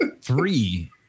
Three